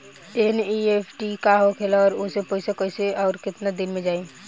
NEFT का होखेला और ओसे पैसा कैसे आउर केतना दिन मे जायी?